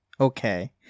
okay